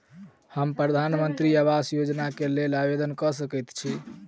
हम प्रधानमंत्री आवास योजना केँ लेल आवेदन कऽ सकैत छी?